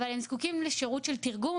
אבל הם זקוקים לשרות של תרגום,